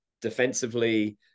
defensively